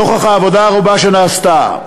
נוכח העבודה הרבה שנעשתה,